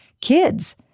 kids